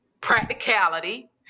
practicality